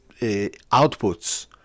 outputs